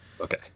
Okay